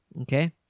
Okay